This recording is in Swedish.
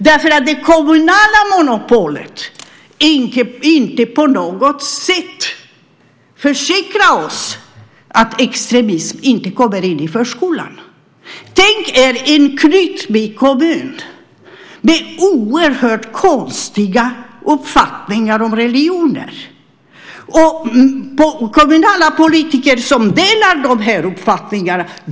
Det kommunala monopolet kan inte på något sätt försäkra oss mot att extremism inte kommer in i förskolan. Tänk er en Knutbykommun med oerhört konstiga uppfattningar om religioner och kommunala politiker som delar de uppfattningarna!